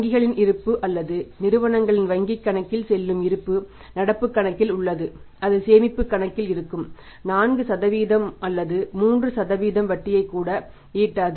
வங்கிகளின் இருப்பு அல்லது நிறுவனங்களின் வங்கிக் கணக்கில் சொல்லும் இருப்பு நடப்புக் கணக்கில் உள்ளது அது சேமிப்புக் கணக்கில் இருக்கும் 4 அல்லது 3 வட்டியைக் கூட ஈட்டாது